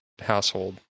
household